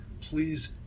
please